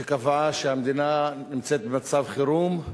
שקבעה שהמדינה נמצאת במצב חירום,